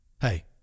Hey